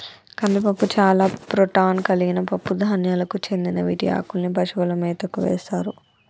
కందిపప్పు చాలా ప్రోటాన్ కలిగిన పప్పు ధాన్యాలకు చెందిన వీటి ఆకుల్ని పశువుల మేతకు వేస్తారు